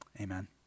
Amen